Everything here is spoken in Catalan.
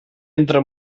entra